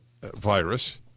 virus